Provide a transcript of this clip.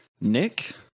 nick